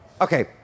Okay